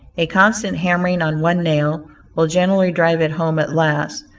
a constant hammering on one nail will generally drive it home at last,